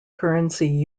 currency